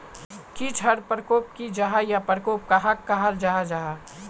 कीट टर परकोप की जाहा या परकोप कहाक कहाल जाहा जाहा?